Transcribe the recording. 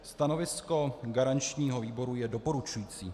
Stanovisko garančního výboru je doporučující.